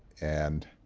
and